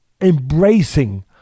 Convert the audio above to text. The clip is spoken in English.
embracing